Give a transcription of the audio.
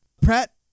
Pratt